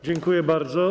Dziękuję bardzo.